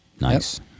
Nice